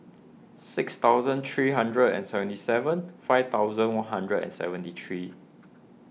six thousand three hundred and seventy seven five thousand one hundred and seventy three